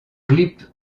clip